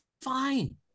fine